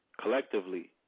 collectively